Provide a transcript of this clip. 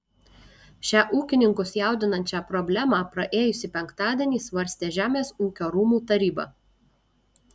šią ūkininkus jaudinančią problemą praėjusį penktadienį svarstė žemės ūkio rūmų taryba